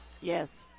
Yes